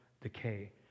decay